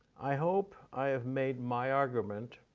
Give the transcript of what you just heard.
i hope i have made my argument,